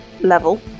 level